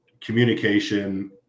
communication